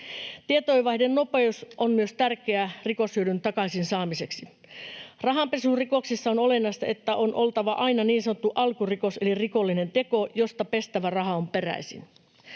Tietojenvaihdon nopeus on myös tärkeää rikoshyödyn takaisin saamiseksi. Rahanpesurikoksissa on olennaista, että on oltava aina niin sanottu alkurikos eli rikollinen teko, josta pestävä raha on peräisin.